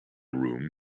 room